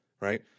right